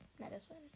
medicine